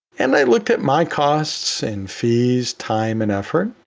and i looked at my costs and fees, time and effort.